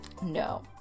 No